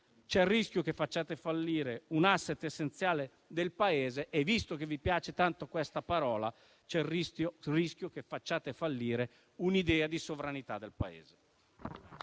un settore industriale, un *asset* essenziale del Paese e, visto che vi piace tanto questa parola, c'è il rischio che facciate fallire un'idea di sovranità del Paese.